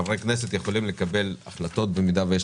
חברי כנסת יכולים לקבל החלטות במידה ויש